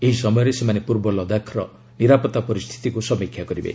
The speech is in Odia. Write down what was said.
ଏହି ସମୟରେ ସେମାନେ ପୂର୍ବ ଲଦାଖର ନିରାପତ୍ତା ପରିସ୍ଥିତିକୁ ସମୀକ୍ଷା କରିବେ